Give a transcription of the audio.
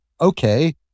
okay